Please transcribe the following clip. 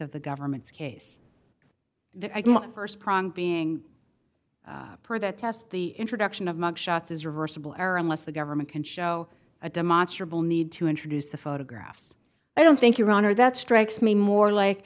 of the government's case the st prong being per the test the introduction of mugshots is reversible error unless the government can show a demonstrable need to introduce the photographs i don't think your honor that strikes me more like